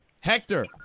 Hector